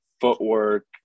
footwork